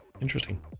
Interesting